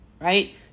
right